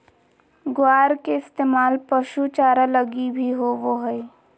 ग्वार के इस्तेमाल पशु चारा लगी भी होवो हय